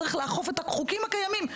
צריך לאכוף את החוקים הקיימים,